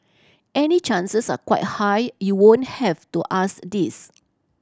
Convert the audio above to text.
any chances are quite high you won't have to ask this